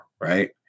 right